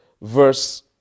verse